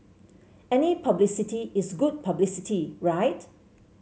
any publicity is good publicity right